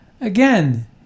again